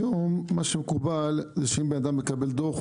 היום מה שמקובל זה שאם בן אדם מקבל דוח,